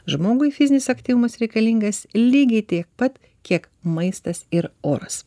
žmogui fizinis aktyvumas reikalingas lygiai tiek pat kiek maistas ir oras